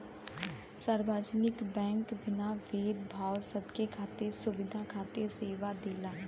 सार्वजनिक बैंक बिना भेद भाव क सबके खातिर सुविधा खातिर सेवा देला